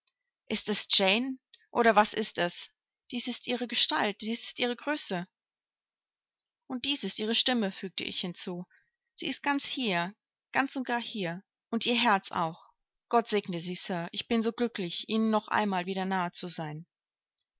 ist es jane oder was ist es dies ist ihre gestalt dies ihre größe und dies ist ihre stimme fügte ich hinzu sie ist hier ganz und gar hier und ihr herz auch gott segne sie sir ich bin so glücklich ihnen noch einmal wieder nahe zu sein